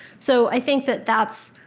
so i think that that's,